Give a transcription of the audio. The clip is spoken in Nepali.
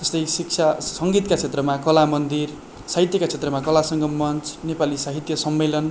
त्यस्तै शिक्षा सङ्गीतका क्षेत्रमा कला मन्दिर साहित्यका क्षेत्रमा कला सङ्गम मन्च नेपाली साहित्य सम्मेलन